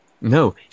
No